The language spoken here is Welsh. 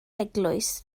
eglwys